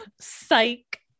Psych